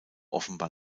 offenbar